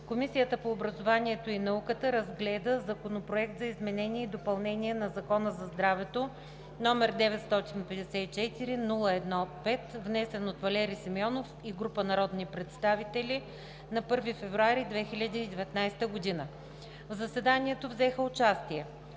Комисията по образованието и науката разгледа Законопроект за изменение и допълнение на Закона за здравето, № 954-01-5, внесен от Валери Симеонов и група народни представители на 1 февруари 2019 г. В заседанието взеха участие